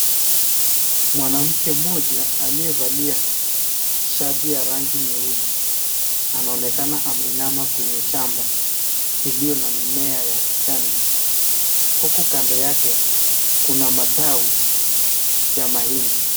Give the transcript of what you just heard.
Mwanamke mmoja aliyevalia shati ya rangi nyeusi anaonekana ameinama kwenye shamba iliyo na mimea ya kijani huku kando yake kuna matawi ya mahindi.